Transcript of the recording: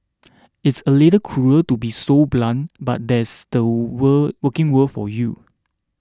it's a little cruel to be so blunt but that's the were working world for you